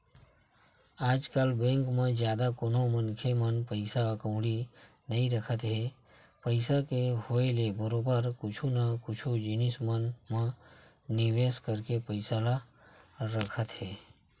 आजकल बेंक म जादा कोनो मनखे मन पइसा कउड़ी नइ रखत हे पइसा के होय ले बरोबर कुछु न कुछु जिनिस मन म निवेस करके पइसा ल रखत हे